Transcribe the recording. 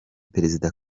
perezida